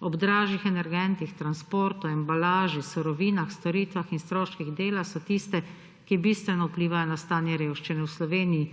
ob dražjih energentih, transportu, embalaži, surovinah, storitvah in stroških dela so tiste, ki bistveno vplivajo na stanje revščine v Sloveniji.